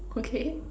okay